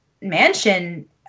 mansion